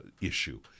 issue